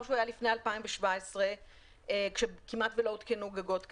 שהוא היה בו לפני 2017. כשכמעט ולא הותקנו גגות כאלה.